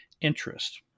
interest